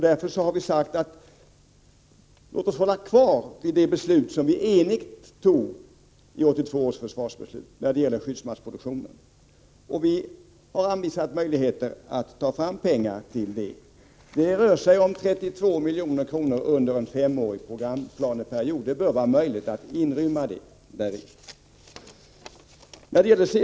Därför har vi förklarat: Låt oss hålla fast vid den ståndpunkt beträffande skyddsmasksproduktionen som vi enigt intog i 1982 års försvarsbeslut. Vi har anvisat möjligheter att ta fram pengarna. Det rör sig om 32 milj.kr. under en femårig programplaneperiod. Det bör vara möjligt att inrymma det beloppet.